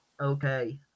Okay